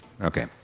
Okay